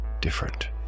different